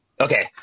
okay